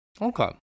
Okay